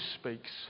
speaks